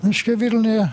reiškia vilniuje